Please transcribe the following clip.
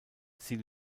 sie